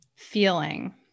Feeling